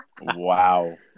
Wow